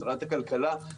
שרת הכלכלה,